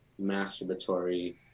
masturbatory